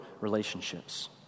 relationships